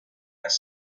las